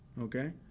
Okay